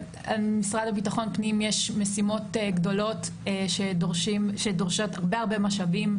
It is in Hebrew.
למשרד לביטחון הפנים יש משימות גדולות שדורשות הרבה הרבה משאבים,